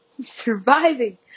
surviving